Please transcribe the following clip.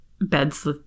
beds